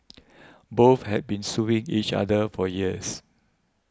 both had been suing each other for years